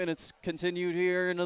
and it's continued here in